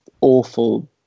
awful